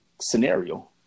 scenario